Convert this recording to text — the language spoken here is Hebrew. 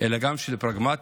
אלא גם של פרגמטיות.